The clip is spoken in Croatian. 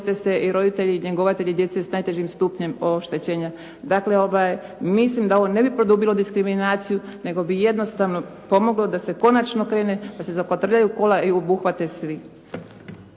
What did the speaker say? i roditelji i njegovatelji djece s najtežim stupnjem oštećenja. Dakle mislim da ovo ne bi produbilo diskriminaciju nego bi jednostavno pomoglo da se konačno krene, da se zakotrljaju kola i obuhvate svi.